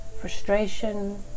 frustration